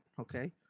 okay